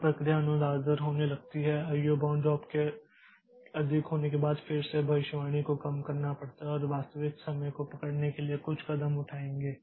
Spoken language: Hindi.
तो प्रक्रिया अनुदार होने लगती है IO बाउंड जॉब के अधिक होने के बाद फिर से भविष्यवाणी को कम करना पड़ता है और वास्तविक समय को पकड़ने के लिए कुछ कदम उठाएंगे